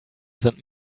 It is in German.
sind